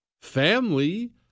Family